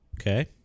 Okay